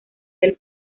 del